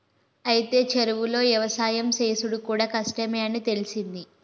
అయితే చెరువులో యవసాయం సేసుడు కూడా కష్టమే అని తెలిసింది